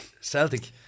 Celtic